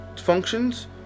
functions